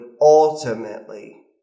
ultimately